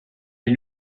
est